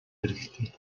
хэрэгтэй